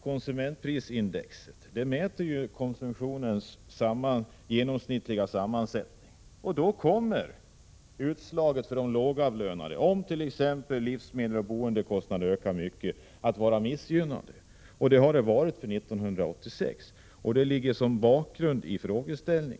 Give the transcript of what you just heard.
Konsumentprisindex mäter konsumtionens genomsnittliga sammansättning, och då kommer de lågavlönade — om t.ex. livsmedel och boendekostnader ökar mycket — att bli missgynnade. Så har varit fallet under 1986, och detta är bakgrunden till mina frågor.